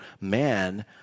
man